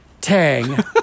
tang